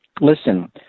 listen